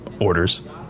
orders